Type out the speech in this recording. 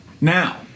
Now